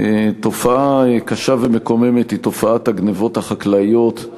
תופעה קשה ומקוממת היא תופעת הגנבות החקלאיות,